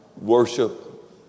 worship